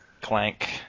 Clank